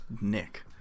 Nick